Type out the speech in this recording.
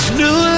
new